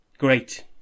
Great